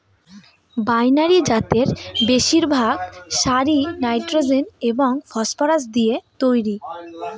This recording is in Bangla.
বাইনারি জাতের বেশিরভাগ সারই নাইট্রোজেন এবং ফসফরাস দিয়ে তৈরি